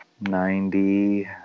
ninety